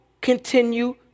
continue